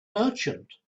merchant